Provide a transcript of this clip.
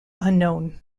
unknown